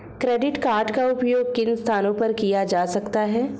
Credit card का उपयोग किन स्थानों पर किया जा सकता है?